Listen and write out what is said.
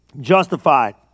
Justified